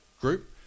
group